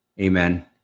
amen